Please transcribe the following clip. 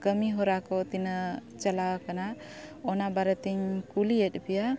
ᱠᱟᱹᱢᱤᱦᱚᱨᱟ ᱠᱚ ᱛᱤᱱᱟᱹᱜ ᱪᱟᱞᱟᱣ ᱟᱠᱟᱱᱟ ᱚᱱᱟ ᱵᱟᱨᱮ ᱛᱤᱧ ᱠᱩᱞᱤᱭᱮᱫ ᱯᱮᱭᱟ